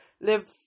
live